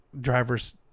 drivers